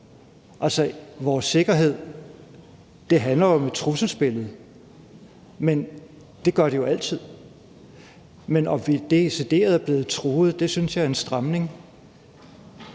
truet. Vores sikkerhed handler om et trusselsbillede, men det gør det jo altid. Men at sige, at vi decideret er blevet truet, synes jeg er en stramning.